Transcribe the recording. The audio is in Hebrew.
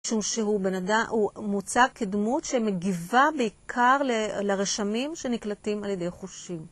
משום שהוא בן אדם, הוא מוצג כדמות שמגיבה בעיקר לרשמים שנקלטים על ידי חושים.